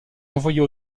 envoyés